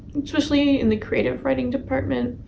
especially in the creative writing department.